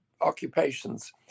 occupations